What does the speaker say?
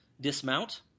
dismount